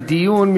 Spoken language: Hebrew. לדיון.